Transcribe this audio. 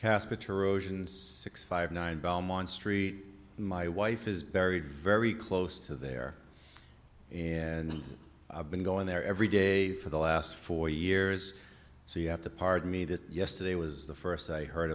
oceans six five nine belmont street my wife is very very close to their and i've been going there every day for the last four years so you have to pardon me that yesterday was the first se heard